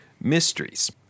mysteries